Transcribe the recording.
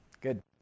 Good